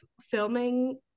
filming